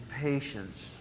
patience